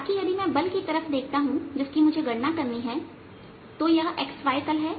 ताकि यदि मैं बल की तरफ देखता हूं जिसकी मुझे गणना करनी है तो यह xy तल है